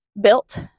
built